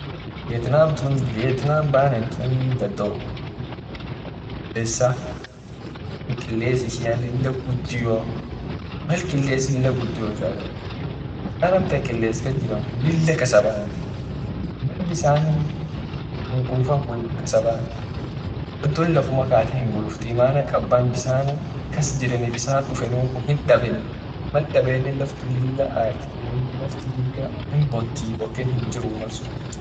Vietnam banentun dado kilesatii kiles ishian lila gudioa mal amtan kiles lila gudi itatet lila kasabani dado lafum kate hinguluftii maana kaban bisan kas jirenii bisan kan hidabenii mal dabeni laftun lil aratii amine laftin guda hinbontii boken hinjiru malsun.